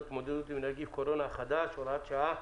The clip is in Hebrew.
להתמודדות עם נגיף הקורונה החדש (הוראת שעה)